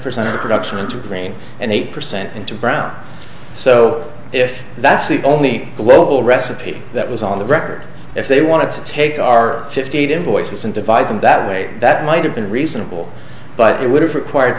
percent of production into green and eight percent into brown so if that's the only local recipe that was on the record if they want to take our fifty eight invoices and divide them that way that might have been reasonable but it would have required